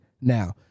now